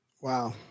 Wow